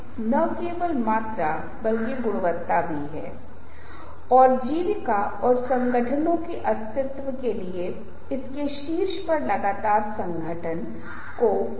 अब जब हम रवैया बदलने की कोशिश कर रहे हैं तो हम लक्षित करते हैं कि प्रासंगिक विश्वास प्रासंगिक संदर्भ समूहों का पता लगाते हैं और हम बहुत सी अन्य चीजें करते हैं